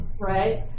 right